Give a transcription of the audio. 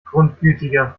grundgütiger